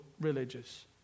religious